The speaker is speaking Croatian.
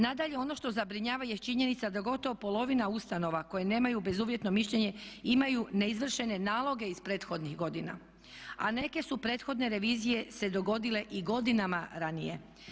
Nadalje, ono što zabrinjava jest činjenica da gotovo polovina ustanova koje nemaju bezuvjetno mišljenje imaju neizvršene naloge iz prethodnih godina, a neke su prethodne revizije se dogodile i godinama ranije.